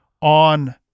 On